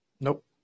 Nope